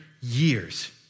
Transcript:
years